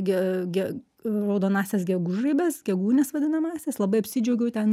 ge ge raudonąsias gegužraibes gegūnes vadinamasias labai apsidžiaugiau ten